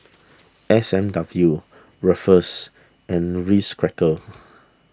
S and W Ruffles and Ritz Crackers